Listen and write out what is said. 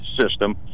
system